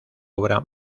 obra